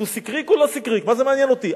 הוא סיקריק, הוא לא סיקריק, מה זה מעניין אותי?